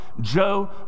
Joe